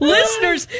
Listeners